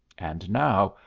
and now,